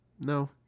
no